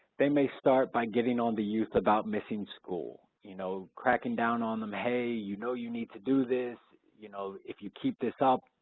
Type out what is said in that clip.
they may start by getting on the youth about missing school, you know cracking down on them, hey, hey, you know you need to do this. you know if you keep this up,